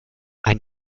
ein